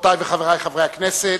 חברותי וחברי חברי הכנסת,